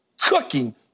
cooking